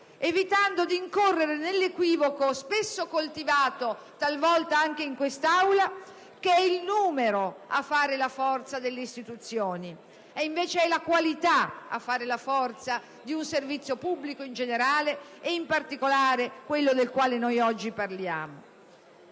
evitando di incorrere nell'equivoco, spesso coltivato (talvolta anche in questa Aula), che è il numero a fare la forza delle Istituzioni. È invece la qualità a fare la forza di un servizio pubblico in generale, e in particolare di quello di cui oggi parliamo.